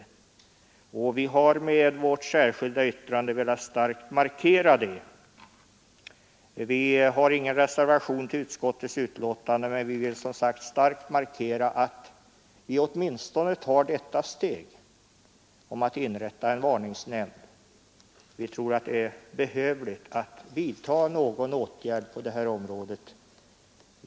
Vi har inte fogat någon reservation till utskottets betänkande, men vi vill med det särskilda yttrandet starkt markera det värdefulla i att vi åtminstone tar detta steg — att inrätta en varningsnämnd. Vi tror att det är behövligt att vidta någon åtgärd på det här området.